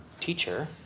teacher